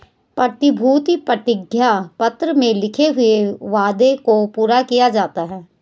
प्रतिभूति प्रतिज्ञा पत्र में लिखे हुए वादे को पूरा किया जाता है